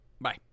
Bye